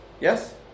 Yes